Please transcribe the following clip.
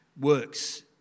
Works